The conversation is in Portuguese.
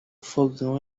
fogão